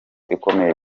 ikomeye